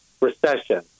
recession